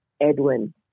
Edwin